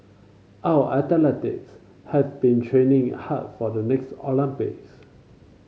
our athletes have been training hard for the next Olympics